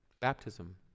baptism